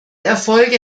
erfolge